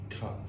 cut